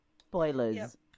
Spoilers